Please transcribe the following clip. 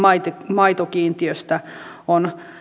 maitokiintiöistä on